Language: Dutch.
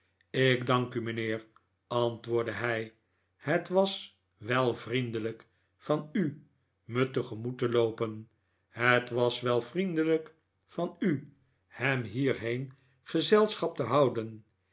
ik dank u mijnheer antwoordde hij het was wel vriendelijk van umij tegemoet te loopen het was wel vriendelijk van u hem hierheen gezelschap te houden